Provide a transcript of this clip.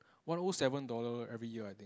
one O seven dollar every year I think